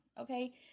okay